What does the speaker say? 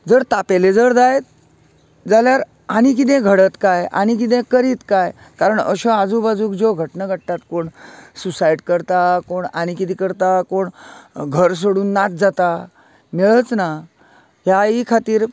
जर तापेलें जर जायत जाल्यार आनी कितेंय घडत कांय आनी कितेंकय करीत काय कारण अश्यो आजू बाजूक ज्यो घटना घडटात कोण सुसायट करता कोण आनी कितें करता कोण घर सोडून नाच्च जाता मेळचना ह्यायी खातीर